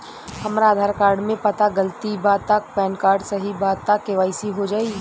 हमरा आधार कार्ड मे पता गलती बा त पैन कार्ड सही बा त के.वाइ.सी हो जायी?